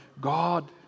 God